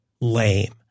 lame